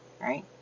Right